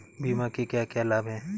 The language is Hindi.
बीमा के क्या क्या लाभ हैं?